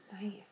Nice